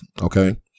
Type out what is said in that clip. Okay